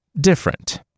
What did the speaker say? different